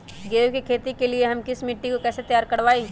गेंहू की खेती के लिए हम मिट्टी के कैसे तैयार करवाई?